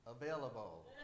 Available